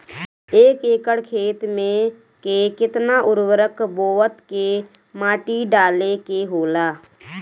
एक एकड़ खेत में के केतना उर्वरक बोअत के माटी डाले के होला?